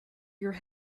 your